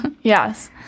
Yes